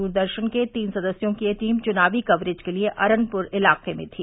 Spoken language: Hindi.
दुरदर्शन के तीन सदस्यों की यह टीम चुनावी कवरेज के लिए अरनपुर इलाके में थी